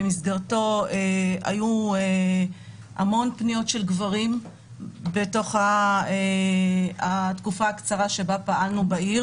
במסגרתו היו המון פניות של גברים בתוך תקופת הזמן הקצרה שפעלנו בעיר.